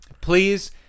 Please